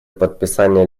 подписания